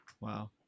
wow